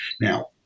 Now